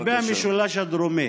לגבי המשולש הדרומי,